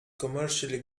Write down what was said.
commercially